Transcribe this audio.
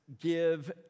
give